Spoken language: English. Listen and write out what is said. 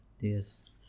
Yes